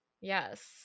Yes